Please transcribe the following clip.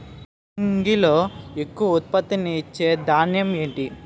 యాసంగిలో ఎక్కువ ఉత్పత్తిని ఇచే ధాన్యం ఏంటి?